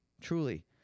Truly